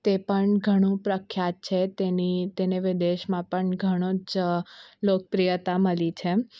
તે પણ ઘણું પ્રખ્યાત છે તેની તેને તો દેશમાં પણ ઘણો જ લોકપ્રિયતા મળી છે એમ